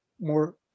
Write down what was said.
more